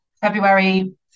February